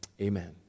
Amen